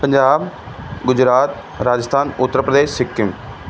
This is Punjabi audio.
ਪੰਜਾਬ ਗੁਜਰਾਤ ਰਾਜਸਥਾਨ ਉੱਤਰ ਪ੍ਰਦੇਸ਼ ਸਿੱਕਿਮ